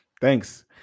Thanks